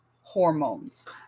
hormones